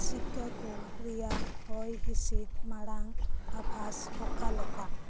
ᱥᱤᱠᱟᱜᱳ ᱨᱮᱭᱟᱜ ᱦᱚᱭ ᱦᱤᱸᱥᱤᱫᱽ ᱢᱟᱲᱟᱝ ᱟᱵᱷᱟᱥ ᱚᱠᱟ ᱞᱮᱠᱟ